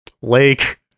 Lake